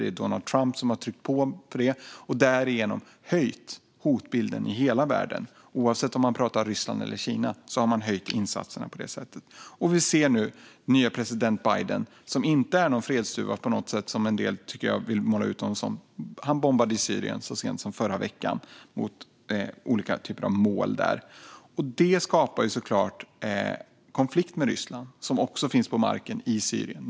Det är Donald Trump som har tryckt på för det och därigenom höjt hotbilden i hela världen, oavsett om det gäller Ryssland eller Kina. Man har höjt insatserna på det sättet. Nu ser vi också att den nye president Biden, som inte alls är den fredsduva som en del vill måla ut honom som, så sent som i förra veckan bombade olika typer av mål i Syrien. Detta skapar såklart konflikt med Ryssland, som också finns på marken i Syrien.